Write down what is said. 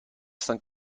cinq